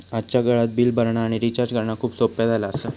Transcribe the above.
आजच्या काळात बिल भरणा आणि रिचार्ज करणा खूप सोप्प्या झाला आसा